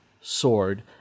sword